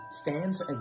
stands